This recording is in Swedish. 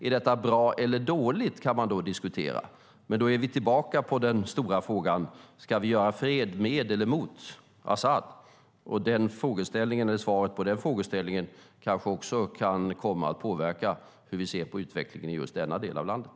Om det är bra eller dåligt kan diskuteras, men då är vi tillbaka i den stora frågan, nämligen om vi ska göra fred med eller mot Asad. Svaret på den frågan kanske kan komma att påverka hur vi ser på utvecklingen i just den delen av landet.